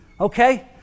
Okay